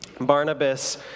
Barnabas